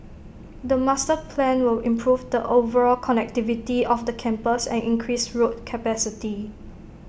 the master plan will improve the overall connectivity of the campus and increase road capacity